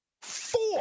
four